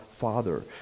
father